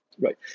right